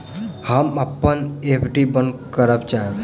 हम अपन एफ.डी बंद करय चाहब